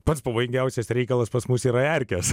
pats pavojingiausias reikalas pas mus yra erkės